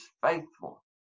faithful